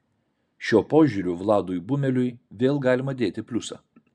šiuo požiūriu vladui bumeliui vėl galima dėti pliusą